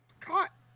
caught